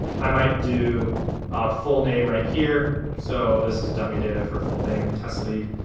i might do full name right here. so this is dummy data for full name, test lead.